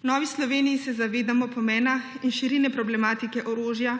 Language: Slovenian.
V Novi Sloveniji se zavedamo pomena in širine problematike orožja,